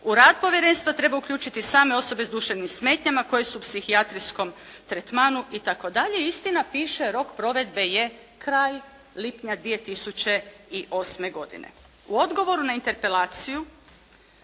U rad povjerenstva treba uključiti i same osobe s duševnim smetnjama koje su u psihijatrijskom tretmanu" itd., istina piše rok provedbe je kraj lipnja 2008. godine. U odgovoru na interpelaciju